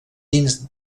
dins